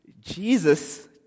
Jesus